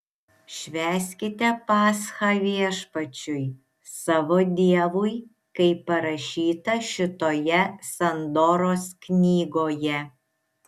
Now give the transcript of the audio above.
švęskite paschą viešpačiui savo dievui kaip parašyta šitoje sandoros knygoje